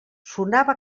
sonava